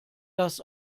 das